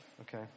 Okay